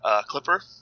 clipper